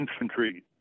infantry